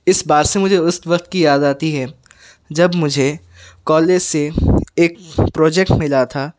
اس بات سے مجھے اس وقت کی یاد آتی ہے جب مجھے کالج سے ایک پروجیکٹ ملا تھا